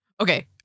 Okay